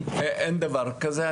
אין דבר כזה.